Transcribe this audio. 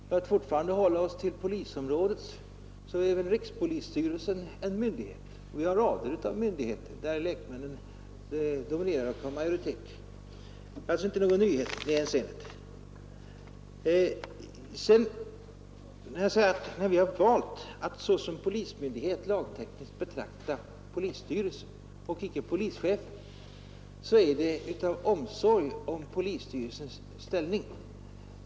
För att fortfarande hålla oss till polisområdet, så är väl rikspolisstyrelsen en myndighet, och vi har rader av myndigheter där lekmännen är i majoritet. Sedan vill jag säga, att när vi har valt att lagtekniskt betrakta polisstyrelsen och icke polischefen som polismyndighet, så är det av omsorg om polisstyrelsens ställning.